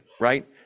right